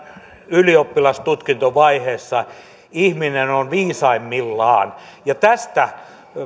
ylioppilastutkintovaiheessa ihminen on viisaimmillaan ja tästä